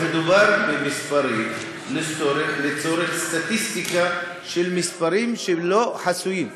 מדובר במספרים לצורך סטטיסטיקה של מספרים שהם לא חסויים.